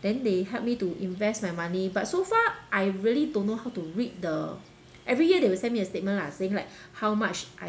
then they help me to invest my money but so far I really don't know how to read the every year they will send me a statement lah saying like how much I